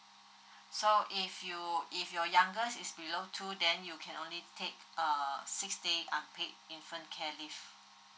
so if you if your youngest is below two then you can only take err six days unpaid infant care leave